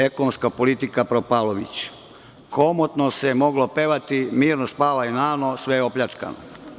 Ekonomska politika „propalović“, komotno se moglo pevati, - mirno spavaj nano, sve je opljačkano.